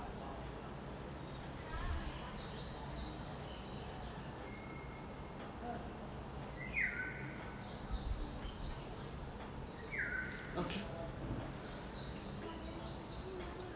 okay